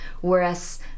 whereas